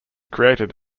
created